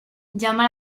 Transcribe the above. llama